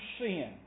sin